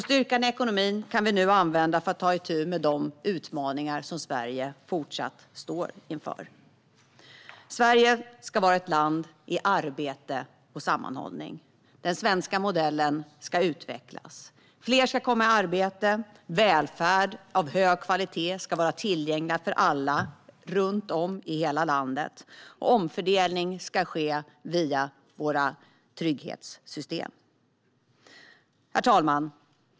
Styrkan i ekonomin kan vi nu använda för att ta itu med de utmaningar som Sverige fortfarande står inför. Sverige ska vara ett land i arbete och sammanhållning. Den svenska modellen ska utvecklas. Fler ska komma i arbete. Välfärd av hög kvalitet ska vara tillgänglig för alla runt om i hela landet, och omfördelning ska ske via våra trygghetssystem. Herr talman!